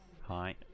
Hi